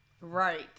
Right